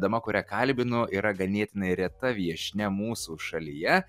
dama kurią kalbinu yra ganėtinai reta viešnia mūsų šalyje